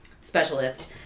specialist